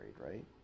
right